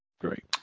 great